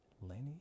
Lenny